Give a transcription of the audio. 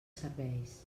serveis